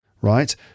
right